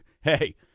hey